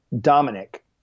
Dominic